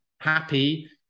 happy